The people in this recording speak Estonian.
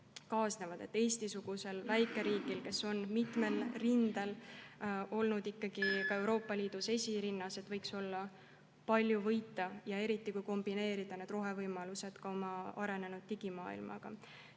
kaasa. Eesti-sugusel väikeriigil, kes on mitmel rindel olnud ikkagi ka Euroopa Liidus esirinnas, võiks olla palju võita, eriti kui kombineerida need rohevõimalused meie arenenud digimaailmaga.